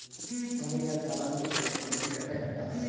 ಮನಿ ಮೇಲ್ ಸಾಲ ತೆಗೆದರ ಎಷ್ಟ ಬಡ್ಡಿ ಕಟ್ಟಬೇಕಾಗತದ?